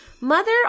Mother